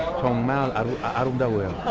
i don't know